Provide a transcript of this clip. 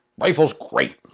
rifle's great,